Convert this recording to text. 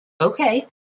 okay